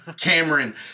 Cameron